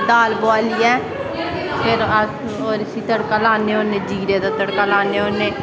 दाल बोआलियै फिर अल ओह्दे च तड़का लान्ने होन्ने जीरे दा तड़का लान्ने होन्ने